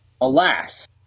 alas